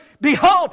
behold